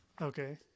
Okay